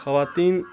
خواتین